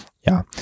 ja